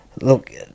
Look